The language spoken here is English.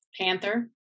Panther